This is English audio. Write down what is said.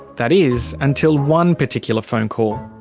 that is, until one particular phone call.